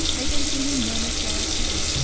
i can see him then as well as now.